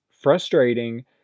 frustrating